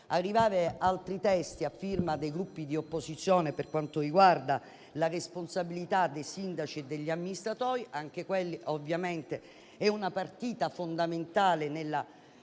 arrivare altri testi a firma dei Gruppi di opposizione - anche della responsabilità dei sindaci e degli amministratori. Anche quella ovviamente è una partita fondamentale nella